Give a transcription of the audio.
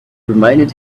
reminded